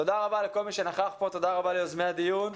תודה רבה לכל מי שנכח פה, תודה רבה ליוזמי הדיון.